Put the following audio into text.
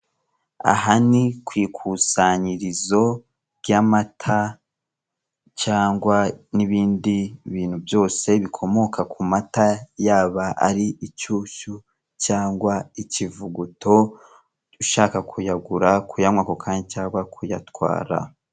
Aha ni ku ikusanyirizo ry'amata cyangwa n'ibindi bintu byose bikomoka ku mata yaba ari inshyushyu cyangwa ikivuguto, ushaka kuyagura kuyanywa ako kanya cyangwa kuyatwara.